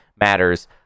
matters